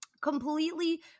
completely